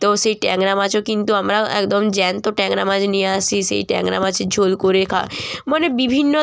তো সেই ট্যাংরা মাছও কিন্তু আমরা একদম জ্যান্ত ট্যাংরা মাছ নিয়ে আসি সেই ট্যাংরা মাছের ঝোল করে খা মানে বিভিন্ন